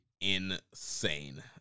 insane